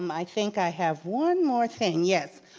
um i think i have one more thing, yes.